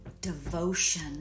devotion